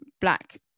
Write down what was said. black